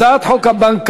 הצעת חוק הבנקאות